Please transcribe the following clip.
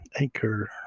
Anchor